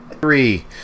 three